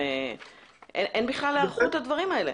אין בכלל היערכות לדברים האלה.